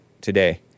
today